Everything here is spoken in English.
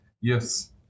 Yes